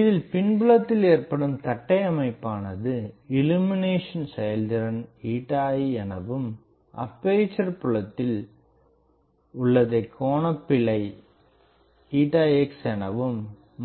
இதில் பின்புலத்தில் ஏற்படும் தட்டை அமைப்பானது இள்ளுமினேசன் செயல்திறன் iஎனவும் அப்பேசர் புலத்தில் உள்ளதை கோணபிழை செயல்திறன் x எனவும்